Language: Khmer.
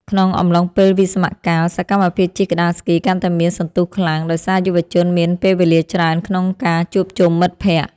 ក្នុងអំឡុងពេលវិស្សមកាល សកម្មភាពជិះក្ដារស្គីកាន់តែមានសន្ទុះខ្លាំង ដោយសារយុវជនមានពេលវេលាច្រើនក្នុងការជួបជុំមិត្តភក្ដិ។